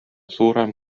suurem